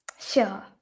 Sure